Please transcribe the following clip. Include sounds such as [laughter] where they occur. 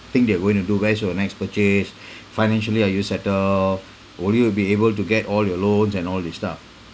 thing they're going to do where's your next purchase [breath] financially are you settled will you be able to get all your loans and all this stuff